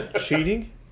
Cheating